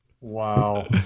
Wow